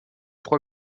trois